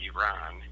Iran